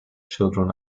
children